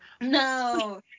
No